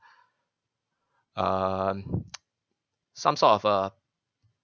um some sort of err